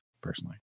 personally